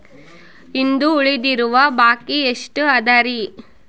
ಇಂದು ಉಳಿದಿರುವ ಬಾಕಿ ಎಷ್ಟು ಅದರಿ?